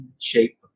shape